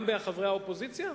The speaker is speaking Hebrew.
גם בחברי האופוזיציה?